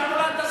שהורדת השכר.